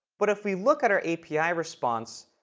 but if we look at our api response,